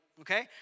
okay